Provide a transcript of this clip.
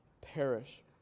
perish